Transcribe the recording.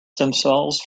themselves